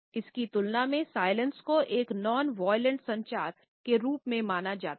इस की तुलना में साइलेंस संचार के रूप में माना जाता है